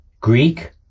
Greek